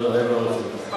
לא, לא, הם לא רוצים.